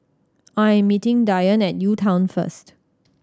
I am meeting Dyan at UTown first